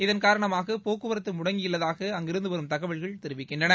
இதன் காரணமாக போக்குவரத்து முடங்கியுள்ளதாக அங்கிருந்து வரும் தகவல்கள் தெரிவிக்கின்றன